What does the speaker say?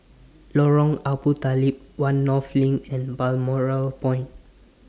Lorong Abu Talib one North LINK and Balmoral Point